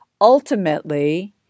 Ultimately